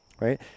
Right